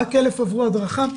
רק 1,000 עברו הדרכה.